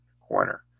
corner